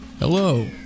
Hello